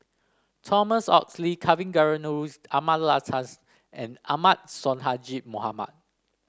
Thomas Oxley Kavignareru Amallathasan and Ahmad Sonhadji Mohamad